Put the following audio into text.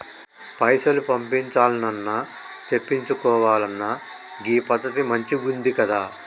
పైసలు పంపించాల్నన్నా, తెప్పిచ్చుకోవాలన్నా గీ పద్దతి మంచిగుందికదా